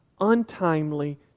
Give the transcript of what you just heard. untimely